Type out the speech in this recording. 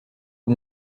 aux